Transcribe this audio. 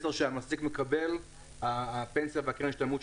קיימת חשיבות מאוד גדולה שהמפקדים הבכירים